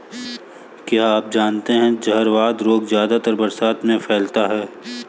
क्या आप जानते है जहरवाद रोग ज्यादातर बरसात में फैलता है?